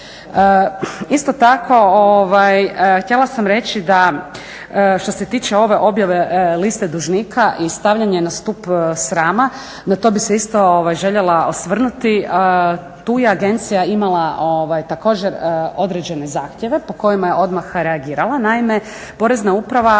postupke. Htjela sam reći da što se tiče ove objave liste dužnika i stavljanje na stup srama, na to bi se isto željela osvrnuti. Tu je agencija imala također određene zahtjeve po kojima je odmah reagirala. Naime, Porezna uprava